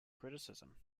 criticism